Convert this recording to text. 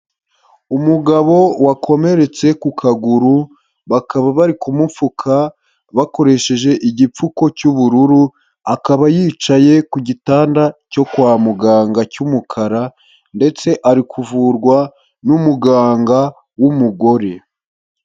Umugabo wakomeretse ku kaguru, bakaba bari kumupfuka bakoresheje igipfuko cy'ubururu, akaba yicaye ku gitanda cyo kwa muganga cy'umukara ndetse ari kuvurwa n'umuganga w'umugore.